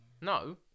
No